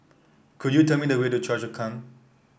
could you tell me the way to Choa Chu Kang